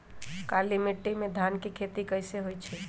काली माटी में धान के खेती कईसे होइ छइ?